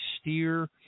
steer